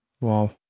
wow